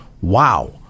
wow